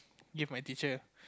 give my teacher